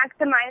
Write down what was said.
maximize